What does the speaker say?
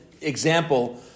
example